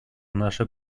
наши